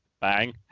Bang